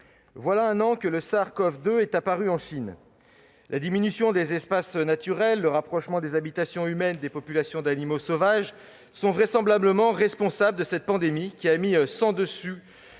voilà un an que le SARS-CoV-2 est apparu en Chine. La diminution des espaces naturels et le rapprochement des habitations humaines des populations d'animaux sauvages sont vraisemblablement responsables de cette pandémie, qui a mis sens dessus